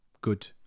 good